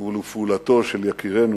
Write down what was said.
ולפעולתו של יקירנו,